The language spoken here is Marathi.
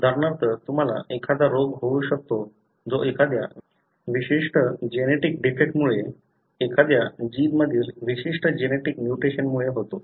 उदाहरणार्थ तुम्हाला एखादा रोग होऊ शकतो जो एखाद्या विशिष्ट जेनेटिक डिफेक्टमुळे एखाद्या जीनमधील विशिष्ट जेनेटिक म्युटेशनमुळे होतो